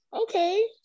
Okay